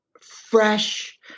fresh